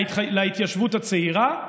להתיישבות הצעירה.